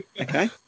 Okay